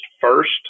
first